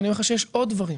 ואני אומר לך שיש עוד דברים.